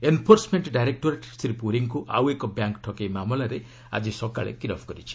enforcement directorate Shri ପୁରୀଙ୍କୁ ଆଉ ଏକ ବ୍ୟାଙ୍କ୍ ଠକେଇ ମାମଲାରେ ଆକି ସକାଳେ ଗିରଫ୍ କରିଛି